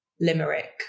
limerick